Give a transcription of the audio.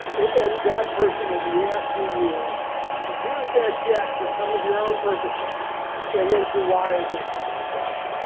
and that person will be asking you to use that check for some of your own purposes and then to wire them some money back.